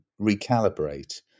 recalibrate